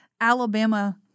Alabama